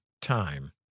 time